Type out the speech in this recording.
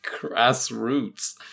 Grassroots